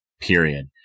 period